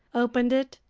opened it,